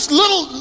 little